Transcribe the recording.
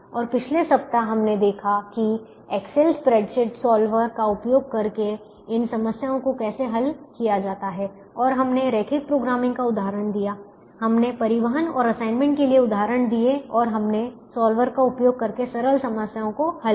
और पिछले हफ्ते हमने देखा कि एक्सेल स्प्रेडशीट सॉल्वर का उपयोग करके इन समस्याओं को कैसे हल किया जाता है और हमने रैखिक प्रोग्रामिंग का उदाहरण दिया हमने परिवहन और असाइनमेंट के लिए उदाहरण दिए और हमने सॉल्वर का उपयोग करके सरल समस्याओं को हल किया